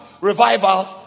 revival